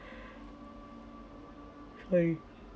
like